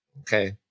Okay